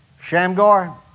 Shamgar